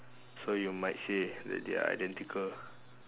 so you might say that they are identical